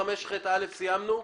סיימנו.